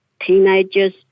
teenagers